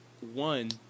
one